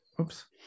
Oops